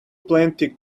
plenty